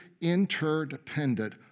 interdependent